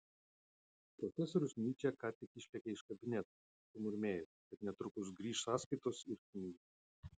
profesorius nyčė ką tik išlėkė iš kabineto sumurmėjęs kad netrukus grįš sąskaitos ir knygų